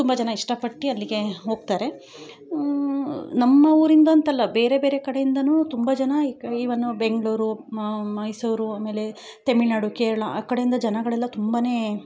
ತುಂಬ ಜನ ಇಷ್ಟ ಪಟ್ಟು ಅಲ್ಲಿಗೆ ಹೋಗ್ತಾರೆ ನಮ್ಮ ಊರಿಂದ ಅಂತಲ್ಲ ಬೇರೆ ಬೇರೆ ಕಡೆಯಿಂದಲೂ ತುಂಬ ಜನ ಈ ಕ ಈವನ್ನು ಬೆಂಗಳೂರು ಮೈಸೂರು ಆಮೇಲೆ ತಮಿಳ್ನಾಡು ಕೇರಳ ಆ ಕಡೆಯಿಂದ ಜನಗಳೆಲ್ಲ ತುಂಬನೇ